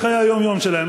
בחיי היום-יום שלהם.